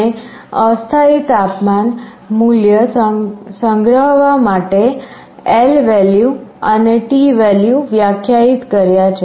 અને અસ્થાયી તાપમાન મૂલ્ય સંગ્રહવા માટે lvalue અને tvalue વ્યાખ્યાયિત કર્યા છે